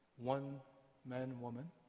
one-man-woman